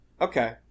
okay